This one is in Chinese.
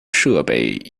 设备